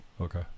Okay